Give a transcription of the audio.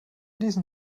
diesen